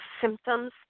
symptoms